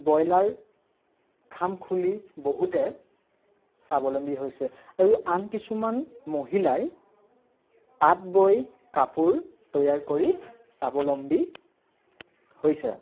broiler farm খুলি বহুতে স্বাৱলম্বী হৈছে আৰু আন কিছুমান মহিলাই তাঁত বৈ কাপোৰ তৈয়াৰ কৰি স্বাৱলম্বী হৈছে